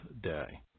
day